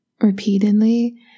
repeatedly